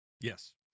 Yes